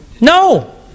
No